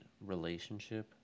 relationship